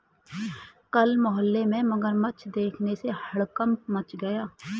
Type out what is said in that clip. कल मोहल्ले में मगरमच्छ देखने से हड़कंप मच गया